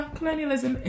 Colonialism